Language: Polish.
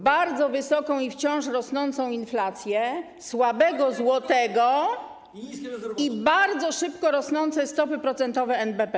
bardzo wysoką i wciąż rosnącą inflację, słabego złotego i bardzo szybko rosnące stopy procentowe NBP.